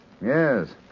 Yes